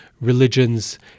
religions